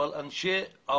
אבל האנשים הם אנשי עבודה